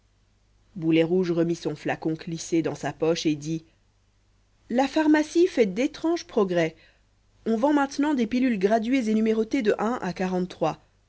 boulet rouge remit son flacon clissée dans sa poche et dit la pharmacie fait d'étranges progrès on vend maintenant des pilules graduées et numérotées de à